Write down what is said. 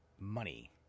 money